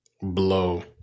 blow